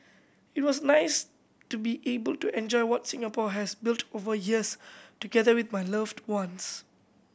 it was nice to be able to enjoy what Singapore has built over years together with my loved ones